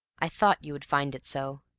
i thought you would find it so.